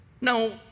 Now